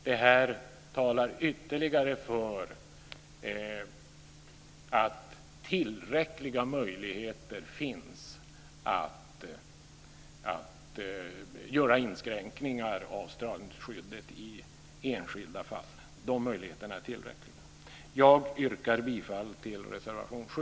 Det här talar ytterligare för att tillräckliga möjligheter finns att göra inskränkningar av strandskyddet i enskilda fall. De möjligheterna är tillräckliga. Jag yrkar bifall till reservation 7.